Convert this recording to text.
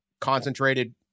concentrated